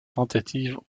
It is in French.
tentatives